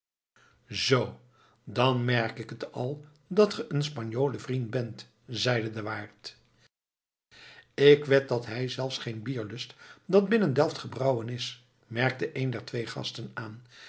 zoo dan merk ik het al dat je een spanjolen vriend bent zeide de waard ik wed dat hij zelfs geen bier lust dat binnen delft gebrouwen is merkte een der twee gasten aan